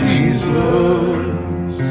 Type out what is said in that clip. Jesus